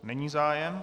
Není zájem.